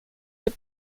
the